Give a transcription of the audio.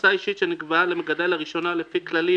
מכסה אישית שנקבעה למגדל לראשונה לפי כללים